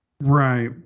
Right